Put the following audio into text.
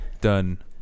Done